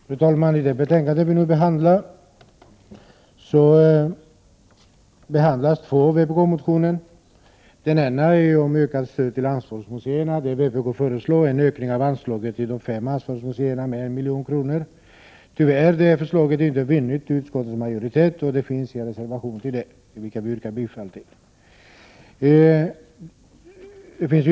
Fru talman! I föreliggande betänkande behandlas två vpk-motioner. Den ena gäller ökat stöd till ansvarsmuseerna. Vpk föreslår där en ökning av anslaget till de fem ansvarsmuseerna med 1 milj.kr. Tyvärr har det förslaget inte vunnit majoritet i utskottet. Det har avgivits en reservation, som jag yrkar bifall till.